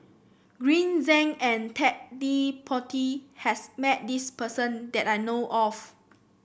Green Zeng and Ted De Ponti has met this person that I know of